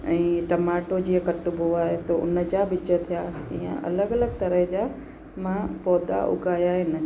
ऐं टमाटो जीअं कटिबो आहे पोइ हुनजा बीज थिया इअं अलॻि अलॻि तरह जा मां पौधा उगाया आहिनि